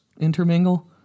intermingle